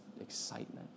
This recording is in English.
excitement